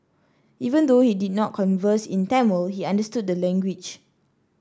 even though he did not converse in Tamil he understood the language